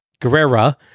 Guerrera